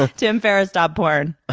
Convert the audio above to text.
ah tim ferriss dot porn.